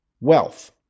wealth